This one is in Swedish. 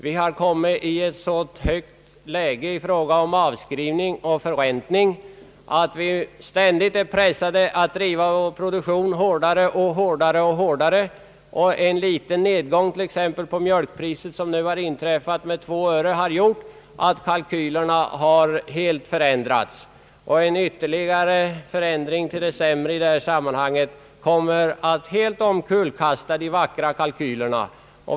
Vi har kommit i ett så högt läge i fråga om avskrivning och förräntning att vi ständigt är pressade att driva vår produktion ' hårdare 'och hårdare. En liten nedgång t.ex. på mjölkpriset, som nu har inträffat, med 2 öre har gjort att kalkylerna helt har förändrats. En ytterligare förändring till det sämre i cetta sammanhang kommer att helt omkullkasta de vackra kalkylerna.